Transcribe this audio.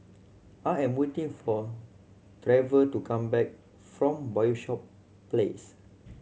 I am waiting for Trever to come back from Bishop Place